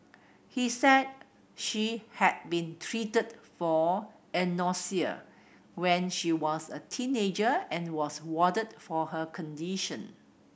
he said she had been treated for anorexia when she was a teenager and was warded for her condition